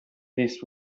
this